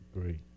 Great